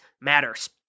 matters